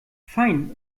fein